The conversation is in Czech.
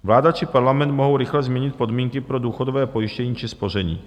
Vláda či parlament mohou rychle měnit podmínky pro důchodové pojištění či spoření.